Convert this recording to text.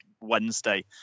Wednesday